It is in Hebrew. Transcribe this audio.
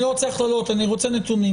אני לא רוצה הכללות אני רוצה נתונים,